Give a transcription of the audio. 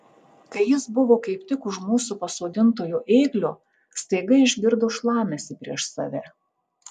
kai jis buvo kaip tik už mūsų pasodintojo ėglio staiga išgirdo šlamesį prieš save